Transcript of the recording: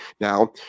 now